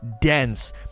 dense